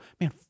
man